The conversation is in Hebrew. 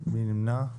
מי נמנע?